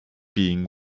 being